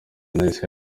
nahise